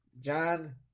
John